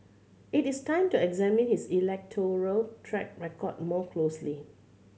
it is time to examine his electoral track record more closely